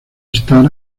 estar